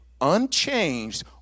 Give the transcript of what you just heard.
unchanged